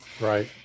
Right